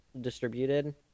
distributed